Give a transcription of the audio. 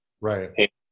Right